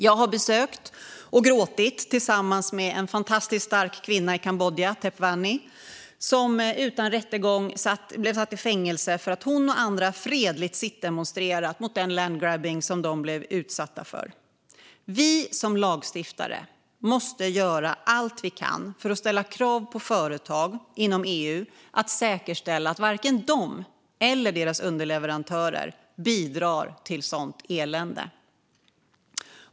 Jag har besökt - och gråtit tillsammans med - en fantastiskt stark kvinna i Kambodja, Tep Vanny, som utan rättegång blev satt i fängelse för att hon och andra fredligt sittdemonstrerat mot den land grabbing som de blev utsatta för. Vi som lagstiftare måste göra allt vi kan för att ställa krav på företag inom EU att de ska säkerställa att varken de eller deras underleverantörer bidrar till sådant elände.